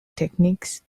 techniques